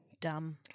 Dumb